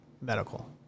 medical